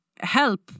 help